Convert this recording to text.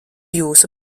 jūsu